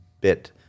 bit